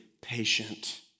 patient